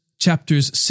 Chapters